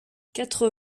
quatre